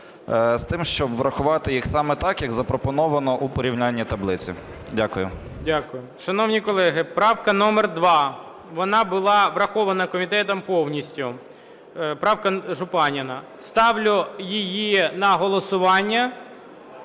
з тим, щоб врахувати їх саме так, як запропоновано у порівняльній таблиці. Дякую. ГОЛОВУЮЧИЙ. Дякую. Шановні колеги, правка номер 2. Вона була врахована комітетом повністю, правка Жупанина. Ставлю її на голосування.